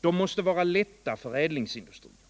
De måste vara lätta förädlingsindustrier.